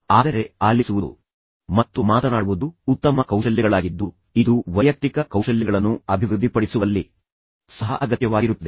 ಆದರೆ ಆಲಿಸುವುದು ಮತ್ತು ಮಾತನಾಡುವುದು ಉತ್ತಮ ಕೌಶಲ್ಯಗಳಾಗಿದ್ದು ಇದು ವೈಯಕ್ತಿಕ ಕೌಶಲ್ಯಗಳನ್ನು ಅಭಿವೃದ್ಧಿಪಡಿಸುವಲ್ಲಿ ಸಹ ಅಗತ್ಯವಾಗಿರುತ್ತದೆ